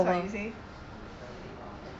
okay [what] nine plus [what] you say